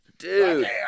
Dude